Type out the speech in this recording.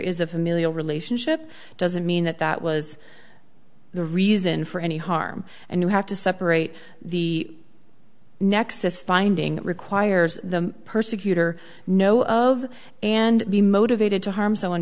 is a familial relationship doesn't mean that that was the reason for any harm and you have to separate the nexus finding requires the persecutor know of and be motivated to harm someone